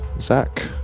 Zach